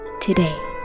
today